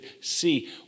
see